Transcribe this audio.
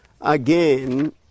again